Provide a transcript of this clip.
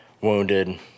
wounded